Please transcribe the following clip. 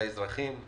לאזרחים,